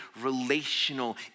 relational